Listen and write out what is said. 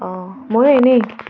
অঁ মই এনে